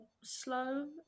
slow